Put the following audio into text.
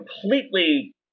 completely